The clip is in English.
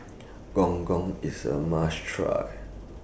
Gong Gong IS A must Try